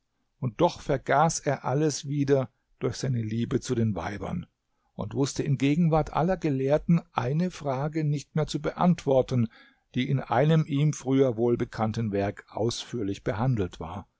und doch vergaß er alles wieder durch seine liebe zu den weibern und wußte in gegenwart aller gelehrten eine frage nicht mehr zu beantworten die in einem ihm früher wohlbekannten werk ausführlich behandelt war